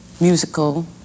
musical